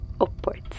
upwards